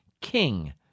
king